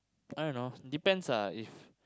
I don't know depends lah if